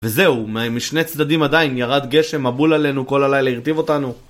וזהו, משני צדדים עדיין, ירד גשם, מבול עלינו כל הלילה, הרטיב אותנו